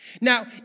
Now